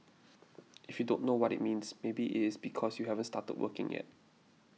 if you don't know what it means maybe it's because you haven't started working yet